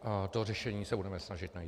A to řešení se budeme snažit najít.